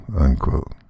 unquote